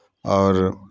आओर